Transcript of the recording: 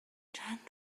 چند